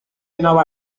nova